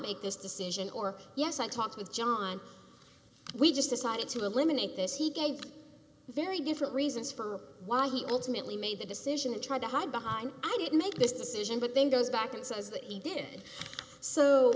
make this decision or yes i talked with john we just decided to eliminate this he gave very different reasons for why he ultimately made the decision to try to hide behind i didn't make this decision but then goes back and says that he did so